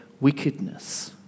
wickedness